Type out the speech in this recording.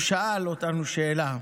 והוא שאל אותנו שאלה: